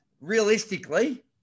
realistically